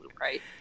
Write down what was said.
right